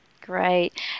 great